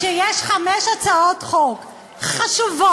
כשיש חמש הצעות חוק חשובות,